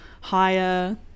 higher